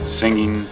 singing